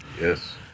Yes